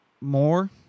more